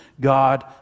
God